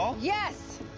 Yes